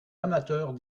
amateurs